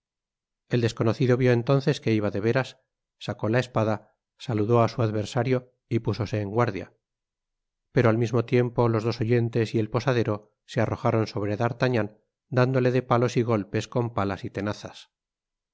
el desconocido vió entonces que iba de veras sacó la espada saludó á su adversario y púsose en guardia pero al mismo tiempo los dos oyentes y el posadero se arrojaron sobre d'artagnan dándole de palos y golpes con palas y tenazas